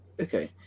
Okay